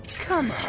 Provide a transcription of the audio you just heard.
come on,